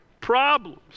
problems